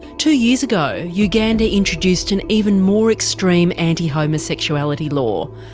two years ago, uganda introduced an even more extreme anti-homosexuality law.